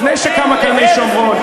לפני שקמה קרני-שומרון,